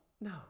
No